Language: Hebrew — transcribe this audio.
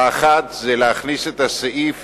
האחד, להכניס את הסעיף